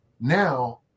Now